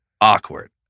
awkward